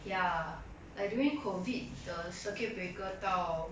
ya like during COVID the circuit breaker 到